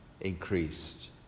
increased